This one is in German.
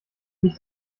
nicht